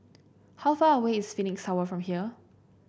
how far away is Phoenix Tower from here